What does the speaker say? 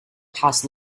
past